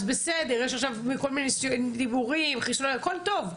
בסדר, יש עכשיו כל מיני דיבורים, הכול טוב.